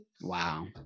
Wow